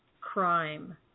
crime